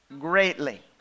greatly